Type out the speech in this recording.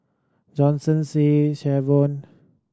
Johnson Shay Savon